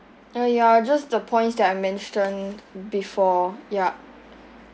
uh ya just the points that I mentioned before yup